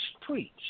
preach